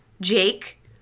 Jake